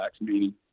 meaning